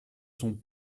sont